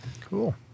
Cool